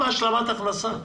מה זה סביר?